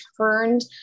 turned